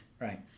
Right